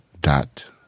dot